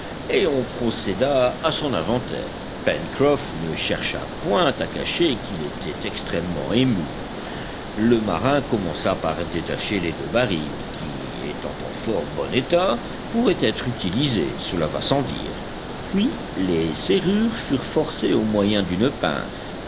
et on procéda à son inventaire pencroff ne chercha point à cacher qu'il était extrêmement ému le marin commença par détacher les deux barils qui étant en fort bon état pourraient être utilisés cela va sans dire puis les serrures furent forcées au moyen d'une pince